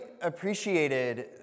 appreciated